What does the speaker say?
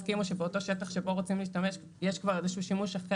הסכימו שבאותו שטח שבו רוצים להשתמש יש כבר איזשהו שימוש אחר